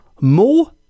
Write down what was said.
more